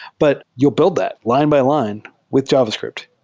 but you build that line by line with javascript.